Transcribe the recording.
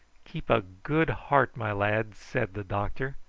keep a good heart, my lads, said the doctor.